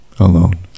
alone